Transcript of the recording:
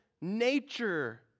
nature